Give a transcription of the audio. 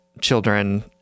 children